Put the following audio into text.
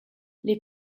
les